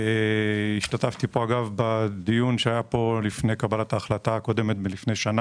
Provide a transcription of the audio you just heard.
אגב השתתפתי פה בדיון שהיה לפני קבלת ההחלטה הקודמת לפני שנה,